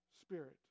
spirit